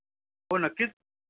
हो नक्कीच